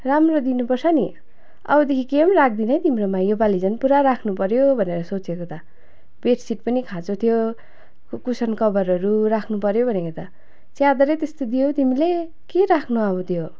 राम्रो दिनुपर्छ नि अबदेखि के पनि राख्दिनँ है तिम्रोमा यो पाली झन् पुरा राख्नुपऱ्यो भनेर सोचेको त बेडसिट पनि खाँचो थियो कु कुसन कभरहरू राख्नुपऱ्यो भनेको त च्यादरै त्यस्तो दियौ तिमीले के राख्नु अब त्यो